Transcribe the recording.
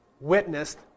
witnessed